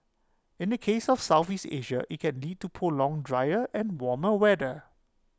in the case of Southeast Asia IT can lead to prolonged drier and warmer weather